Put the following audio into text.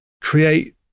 create